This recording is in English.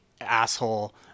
asshole